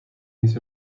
his